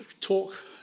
talk